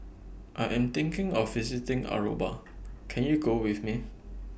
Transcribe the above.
I Am thinking of visiting Aruba Can YOU Go with Me